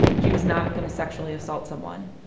she was not going to sexually assault someone.